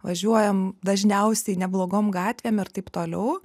važiuojam dažniausiai neblogom gatvėm ir taip toliau